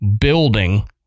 building